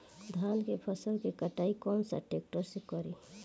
धान के फसल के कटाई कौन सा ट्रैक्टर से करी?